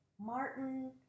Martin